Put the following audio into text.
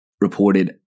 reported